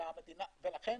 לכן